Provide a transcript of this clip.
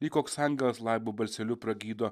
lyg koks angelas laibu balseliu pragydo